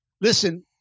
Listen